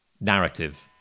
narrative